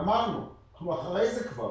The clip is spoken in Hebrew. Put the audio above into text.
גמרנו, אנחנו כבר אחרי זה.